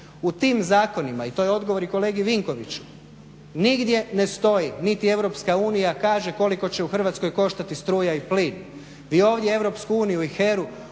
u tim zakonima i to je odgovor i kolegi Vinkoviću nigdje ne stoji niti Europska unija kaže koliko će u Hrvatskoj koštati struja i plin. Vi ovdje Europsku uniju i HERA-u